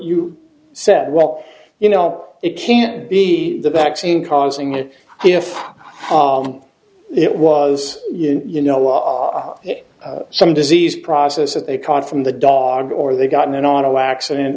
you said well you know it can't be the vaccine causing it if it was you you know law it some disease process that they caught from the dog or they got in an auto accident